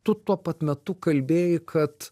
tu tuo pat metu kalbėjai kad